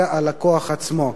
זה הלקוח עצמו.